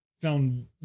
found